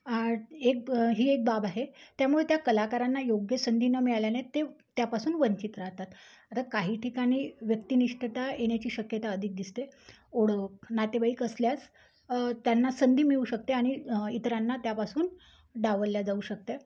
आता एक ही एक बाब आहे त्यामुळे त्या कलाकारांना योग्य संधी न मिळाल्याने ते त्यापासून वंचित राहतात आता काही ठिकाणी व्यक्तिनिष्ठता येण्याची शक्यता अधिक दिसते ओळख नातेवाईक असल्यास त्यांना संधी मिळू शकते आणि इतरांना त्यापासून डावलले जाऊ शकते